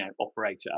operator